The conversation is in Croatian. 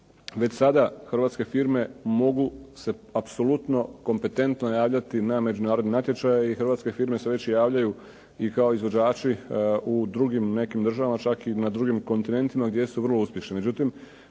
već sada hrvatske firme mogu se apsolutno kompetentno javljati na međunarodni natječaj i hrvatske firme se već i javljaju i kao izvođači u drugim nekim državama čak i na drugim kontinentima gdje su vrlo uspješni.